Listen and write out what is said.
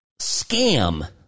scam